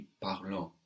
parlons